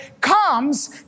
comes